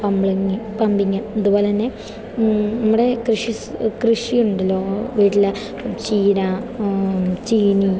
പബ്ലിങ് pumping അതുപോലെത്തന്നെ നമ്മുടെ കൃഷി കൃഷി ഉണ്ടല്ലോ വീട്ടിൽ ചീര ചീനി